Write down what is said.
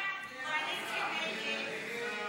ההסתייגות של חברי הכנסת מאיר